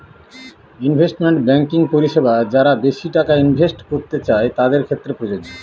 investment banking পরিষেবা যারা বেশি টাকা ইনভেস্ট করতে চাই তাদের ক্ষেত্রে প্রযোজ্য